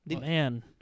Man